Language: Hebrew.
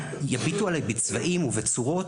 יביטו עליי בצבעים ובצורות,